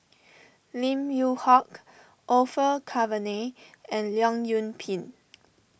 Lim Yew Hock Orfeur Cavenagh and Leong Yoon Pin